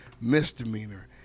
misdemeanor